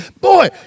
boy